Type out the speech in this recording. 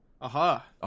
Aha